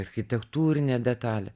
architektūrinė detalė